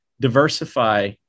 diversify